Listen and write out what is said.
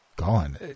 Gone